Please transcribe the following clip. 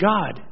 God